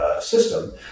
system